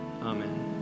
Amen